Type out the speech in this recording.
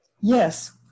Yes